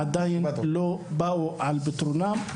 עדיין לא באו על פתרונם.